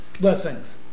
blessings